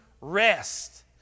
rest